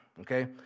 Okay